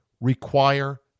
require